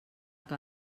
que